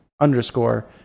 underscore